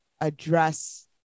address